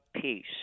peace